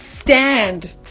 stand